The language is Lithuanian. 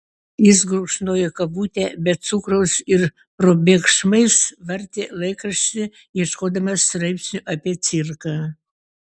jis gurkšnojo kavutę be cukraus ir probėgšmais vartė laikraštį ieškodamas straipsnių apie cirką